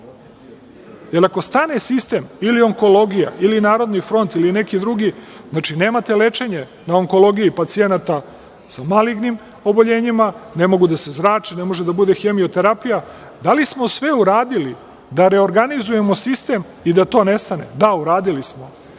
jer ako stane sistem ili onkologija ili „Narodni front“ ili neki drugi, znači nemate lečenje. Na onkologiji pacijenti sa malignim oboljenjima ne mogu da se zrače, ne može da bude hemioterapija. Da li smo sve uradili da reorganizujemo sistem i da to nestane? Da uradili smo.